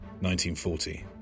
1940